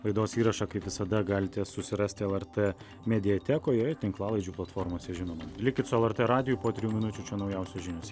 laidos įrašą kaip visada galite susirasti lrt mediatekoje tinklalaidžių platformose žinoma likit su lrt radiju po trijų minučių čia naujausios žinios